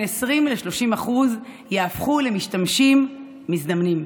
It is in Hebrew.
20% ל-30% יהפכו למשתמשים מזדמנים.